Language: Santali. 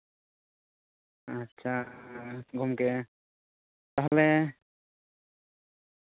ᱟᱪᱪᱷᱟ ᱜᱚᱝᱠᱮ ᱛᱟᱦᱚᱞᱮ